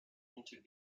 into